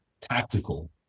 tactical